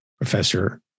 Professor